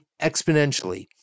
exponentially